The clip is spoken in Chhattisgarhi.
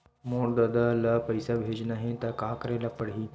मोर ददा ल पईसा भेजना हे त का करे ल पड़हि?